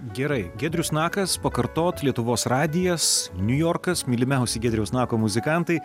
gerai giedrius nakas pakartot lietuvos radijas niujorkas mylimiausi giedriaus nako muzikantai